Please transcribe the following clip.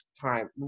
time